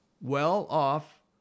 well-off